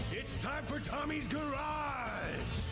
it's time for tommy's garage!